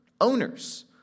owners